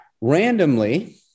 randomly